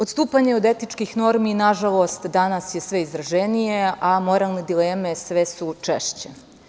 Odstupanje od etičkih normi, nažalost, danas je sve izraženije, a moralne dileme sve su češće.